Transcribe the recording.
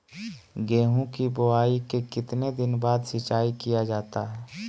गेंहू की बोआई के कितने दिन बाद सिंचाई किया जाता है?